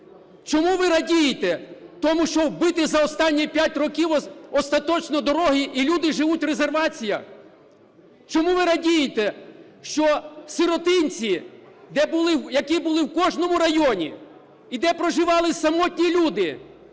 Чому ви радієте: тому, що вбиті за останні 5 років остаточно дороги, і люди живуть у резерваціях? Чому ви радієте: що сиротинці, де були, які були в кожному районі, і де проживали самотні люди,